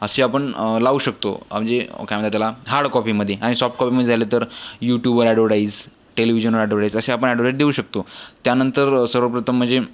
असे आपण लावू शकतो म्हणजे काय म्हणतात त्याला हार्डकॉपीमध्ये आणि सॉफ्टकॉपीमध्ये झालं तर यूट्युबवर ॲडव्हर्टाईस टेलिव्हिजनवर ॲडव्हर्टाईस अशा आपण ॲडव्हर्टाईस देऊ शकतो त्यानंतर सर्वप्रथम म्हणजे